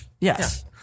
Yes